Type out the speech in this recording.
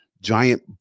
giant